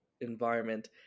environment